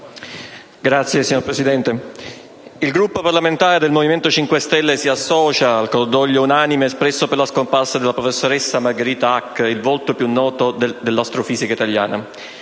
*(M5S)*. Signor Presidente, il Gruppo parlamentare del Movimento 5 Stelle si associa al cordoglio unanime espresso per la scomparsa della professoressa Margherita Hack, il volto più noto dell'astrofisica italiana.